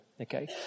okay